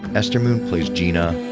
esther moon plays gina.